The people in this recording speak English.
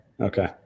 Okay